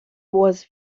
was